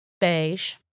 beige